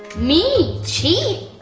me? cheat?